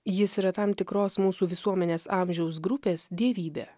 jis yra tam tikros mūsų visuomenės amžiaus grupės dievybė